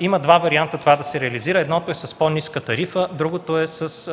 има два варианта това да се реализира. Единият е с по-ниска тарифа, а другият е